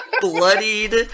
bloodied